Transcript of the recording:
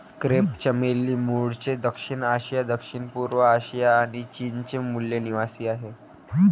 crepe चमेली मूळचे दक्षिण आशिया, दक्षिणपूर्व आशिया आणि चीनचे मूल निवासीआहे